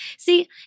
See